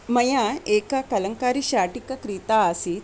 मया एका कलङ्कारी शाटिकी क्रीता आसीत्